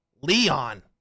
Leon